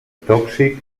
tòxic